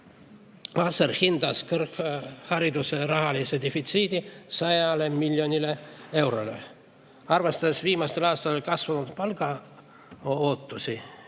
Asser hindas kõrghariduse rahalist defitsiiti 100 miljonile eurole. Arvestades viimastel aastatel kasvanud palgaootusi,